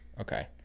Okay